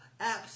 apps